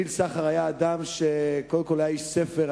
ניל סחר היה קודם כול איש ספר,